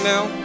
Now